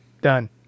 done